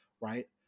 right